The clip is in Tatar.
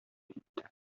китте